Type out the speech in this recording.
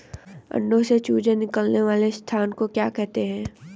अंडों से चूजे निकलने वाले स्थान को क्या कहते हैं?